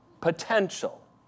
Potential